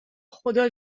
خدا